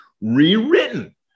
rewritten